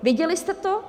Věděli jste to?